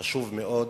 חשוב מאוד,